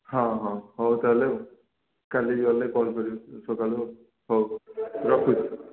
ହଁ ହଁ ହଉ ତା'ହେଲେ ଆଉ କାଲି ଗଲେ କଲ୍ କରିବି ସକାଳୁ ହଉ ରଖୁଛୁ